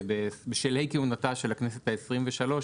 בשלהי כהונתה של הכנסת ה-23,